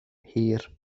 hir